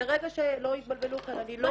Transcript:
שלא יתבלבלו כאן, אני לא